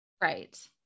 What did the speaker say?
Right